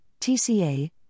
TCA